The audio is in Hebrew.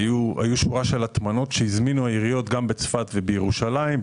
היו שורה של הטמנות שהזמינו העיריות גם בצפת ובירושלים,